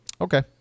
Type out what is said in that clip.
Okay